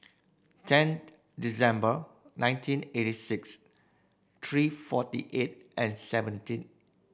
ten December nineteen eighty six three forty eight and seventeen